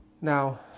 Now